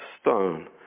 stone